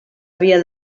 havia